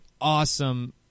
awesome